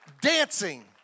Dancing